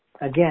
again